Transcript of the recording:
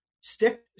Stick